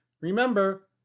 Remember